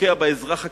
שפוגע באזרח הקטן,